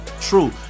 True